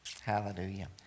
Hallelujah